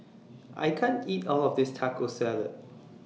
I can't eat All of This Taco Salad